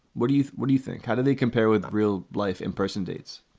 what do you what do you think? how do they compare with real life in-person dates?